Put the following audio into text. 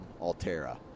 Altera